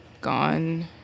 gone